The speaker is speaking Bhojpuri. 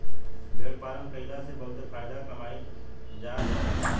भेड़ पालन कईला से बहुत फायदा कमाईल जा जाला